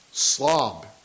slob